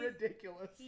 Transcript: ridiculous